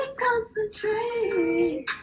concentrate